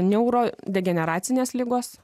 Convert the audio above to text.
neurodegeneracinės ligos